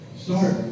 Start